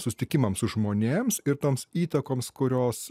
susitikimam su žmonėms ir toms įtakoms kurios